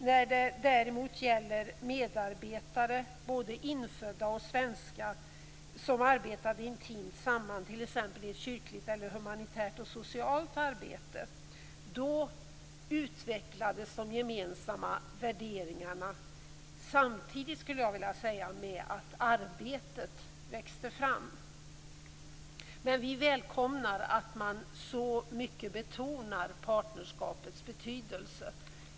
När det däremot gäller medarbetare, både infödda och svenska som arbetade intimt tillsammans i t.ex. kyrkligt, humanitärt och socialt arbete, utvecklades de gemensamma värderingarna samtidigt med att arbetet växte fram. Men vi välkomnar att man så mycket nu betonar partnerskapets betydelse.